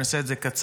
אני אעשה את זה קצר.